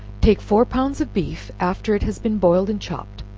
take four pounds of beef after it has been boiled and chopped,